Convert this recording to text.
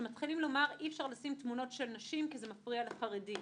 כשמתחילים לומר: אי-אפשר לשים תמונות נשים כי זה מפריע לחרדים.